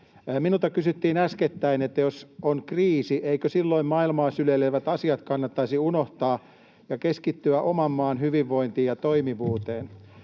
Minulta kysyttiin äskettäin, että jos on kriisi, eikö silloin maailmaa syleilevät asiat kannattaisi unohtaa ja keskittyä oman maan hyvinvointiin ja toimivuuteen.